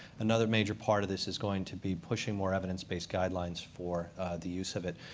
another major part of this is going to be pushing more evidence-based guidelines for the use of it.